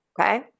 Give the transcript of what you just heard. Okay